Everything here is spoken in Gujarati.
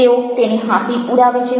તેઓ તેની હાંસી ઉડાવે છે